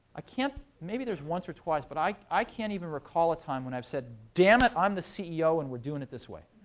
i can't maybe there's once or twice, but i i can't even recall a time when i've said, dammit, i'm the ceo. and we're doing it this way,